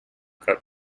cup